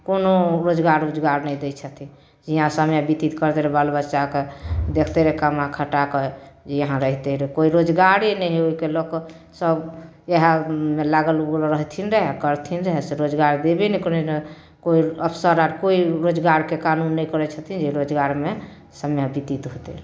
कोनो रोजगार उजगार नहि दै छथिन इहाँ समय व्यतीत करतै बाल बच्चाके देखतैरे कमा खटाके जे इहाँ रहितैरे कोइ रोजगारे नहि हइ ओहिके लऽ कऽ सभ इएहमे लागल उगल रहथिन रहै करथिन रहै से रोजगार देबे नहि करै कोइ अफसर आओर कोइ रोजगारके कानून नहि करै छथिन जे रोजगारमे समय व्यतीत होतै